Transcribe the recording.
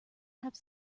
have